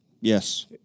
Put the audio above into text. Yes